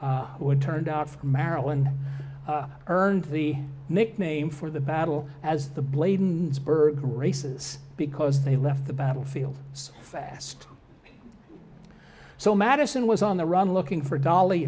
had turned out for maryland earned the nickname for the battle as the bladensburg races because they left the battlefield so fast so madison was on the run looking for dolly